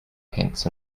pants